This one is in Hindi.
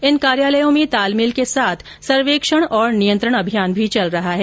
इन कार्यालयों में तालमेल के साथ सर्वेक्षण और नियंत्रण अभियान भी चल रहा है